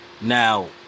Now